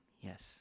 yes